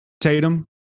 tatum